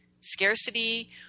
scarcity